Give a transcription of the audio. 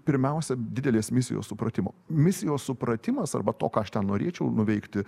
pirmiausia didelės misijos supratimo misijos supratimas arba to ką aš ten norėčiau nuveikti